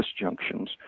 disjunctions